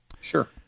Sure